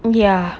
ya